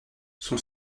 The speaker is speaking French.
son